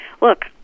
look